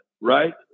right